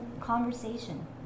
conversation